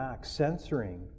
censoring